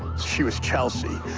she was chelsea.